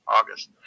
August